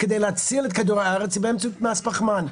כדי להציל את כדור הארץ היא באמצעות מס פחמן.